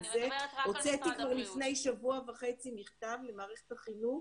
הוצאתי כבר לפני שבוע וחצי מכתב למערכת החינוך